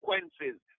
consequences